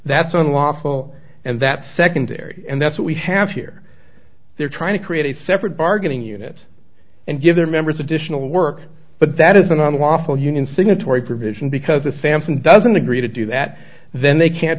that's unlawful and that's secondary and that's what we have here they're trying to create a separate bargaining unit and give their members additional work but that is an unlawful union signatory provision because the sampson doesn't agree to do that then they can't